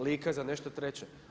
Lika za nešto treće.